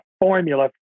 formula